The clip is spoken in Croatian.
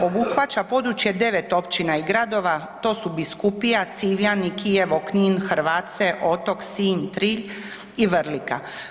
Obuhvaća područje 9 općina i gradova, to su Biskupija, Civljani, Kijevo, Knin, Hrvace, Otok, Sinj, Trilj i Vrlika.